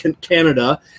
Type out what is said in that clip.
Canada